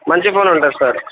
మంచి ఫోన్ ఉంటుంది సార్